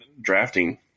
drafting